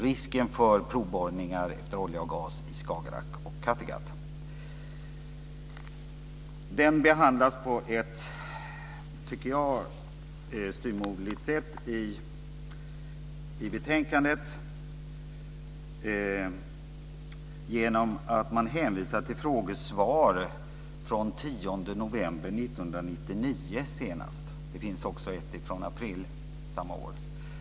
Det är flera som står bakom reservationen till följd av motionen. Den behandlas på ett, tycker jag, styvmoderligt sätt i betänkandet, genom att man hänvisar till frågesvar från den 10 november 1999 senast. Det finns också ett från april samma år.